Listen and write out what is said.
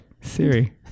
Siri